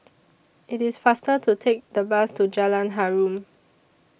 IT IS faster to Take The Bus to Jalan Harum